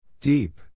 Deep